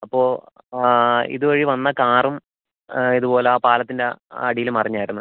അപ്പോൾ ഇത് വഴി വന്ന കാറും ഇതുപോല ആ പാലത്തിൻ്റ അടിയിൽ മറിഞ്ഞായിരുന്നു